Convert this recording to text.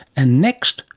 and next,